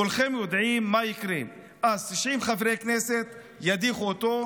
כולכם יודעים מה יקרה: 90 חברי כנסת ידיחו אותו,